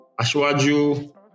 Ashwaju